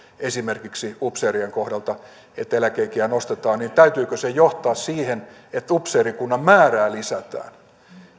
esimerkiksi upseerien kohdalta että eläkeikiä nostetaan niin täytyykö sen johtaa siihen että upseerikunnan määrää lisätään